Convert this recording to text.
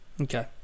Okay